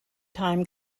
time